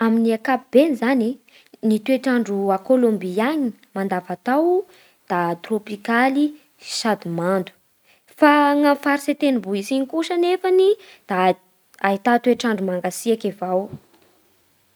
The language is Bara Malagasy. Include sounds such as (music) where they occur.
Amin'ny ankapobeny zany e ny toetr'andro a Kolombia agny mandavaotao da trôpikaly sady mando. Fa agny amin'ny faritsa tendrombohitsy igny kosa anefany da (hesitation) ahità toetr'andro mangatsiaky avao.